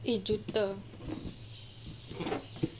eh juta